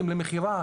תודה רבה.